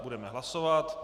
Budeme hlasovat.